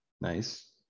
Nice